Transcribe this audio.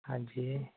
ਹਾਂਜੀ